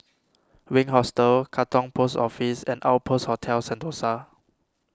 Wink Hostel Katong Post Office and Outpost Hotel Sentosa